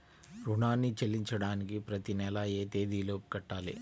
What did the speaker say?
రుణాన్ని చెల్లించడానికి ప్రతి నెల ఏ తేదీ లోపు కట్టాలి?